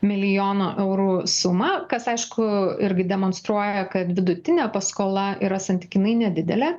milijono eurų sumą kas aišku irgi demonstruoja kad vidutinė paskola yra santykinai nedidelė